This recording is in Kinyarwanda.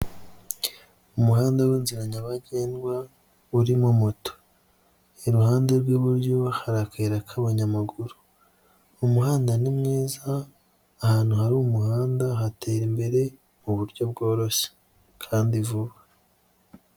Umuhanda w'inzira nyabagendwa urimo moto, iruhande rw'iburyo hari akayira k'abanyamaguru, umuhanda ni mwiza, ahantu hari umuhanda hatera imbere muburyo bworoshye kandi vuba.